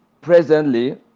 presently